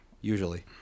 Usually